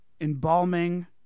embalming